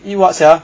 eat what sia